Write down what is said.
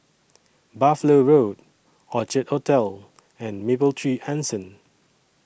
Buffalo Road Orchard Hotel and Mapletree Anson